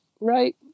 Right